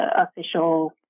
official